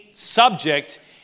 Subject